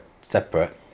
separate